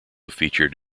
featured